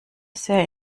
sehr